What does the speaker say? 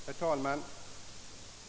Herr talman!